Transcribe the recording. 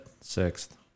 sixth